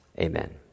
Amen